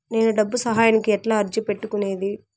నేను డబ్బు సహాయానికి ఎట్లా అర్జీ పెట్టుకునేది?